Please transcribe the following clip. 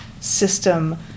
system